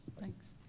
thanks.